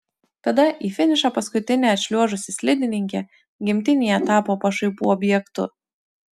tada į finišą paskutinė atšliuožusi slidininkė gimtinėje tapo pašaipų objektu